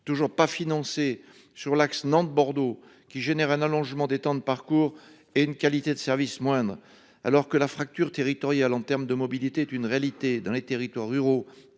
toujours pas financé sur l'axe Nantes-Bordeaux qui génère un allongement des temps de parcours et une qualité de service moindre alors que la fracture territoriale en termes de mobilité est une réalité dans les territoires ruraux